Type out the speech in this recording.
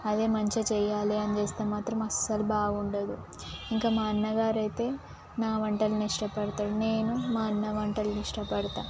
అదే మంచిగా చేయాలని చేస్తే మాత్రం అసలు బాగా ఉండదు ఇంకా మా అన్నగారు అయితే నా వంటలని ఇష్టపడతాడు నేను మా అన్న వంటలని ఇష్టపడతాను